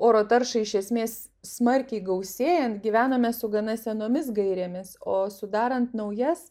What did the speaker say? oro taršai iš esmės smarkiai gausėjant gyvenome su gana senomis gairėmis o sudarant naujas